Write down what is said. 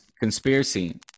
conspiracy